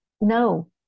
No